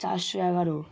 চারশো এগারো